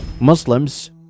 Muslims